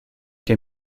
que